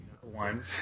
one